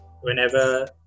whenever